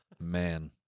Man